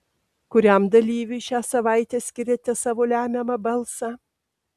kuriam dalyviui šią savaitę skiriate savo lemiamą balsą